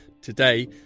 Today